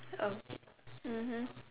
oh mmhmm